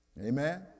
amen